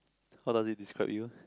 how does it describe you